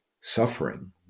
suffering